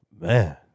Man